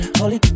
Holy